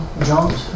jump